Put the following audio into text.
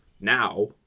now